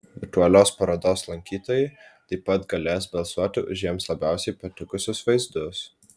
virtualios parodos lankytojai taip pat galės balsuoti už jiems labiausiai patikusius vaizdus